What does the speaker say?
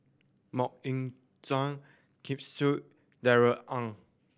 Mok Ying Jang Ken Seet Darrell Ang